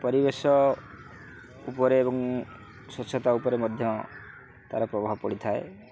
ପରିବେଶ ଉପରେ ସ୍ୱଚ୍ଛତା ଉପରେ ମଧ୍ୟ ତା'ର ପ୍ରଭାବ ପଡ଼ିଥାଏ